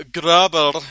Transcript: grabber